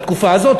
בתקופה הזאת,